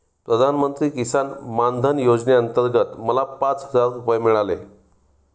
प्रधानमंत्री किसान मान धन योजनेअंतर्गत मला पाच हजार रुपये मिळाले